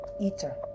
eater